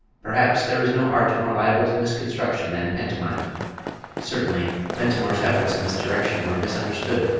perhaps there is no art more liable to misconstruction than pantomime certainly, ventimore's efforts in this direction were misunderstood,